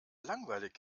langweilig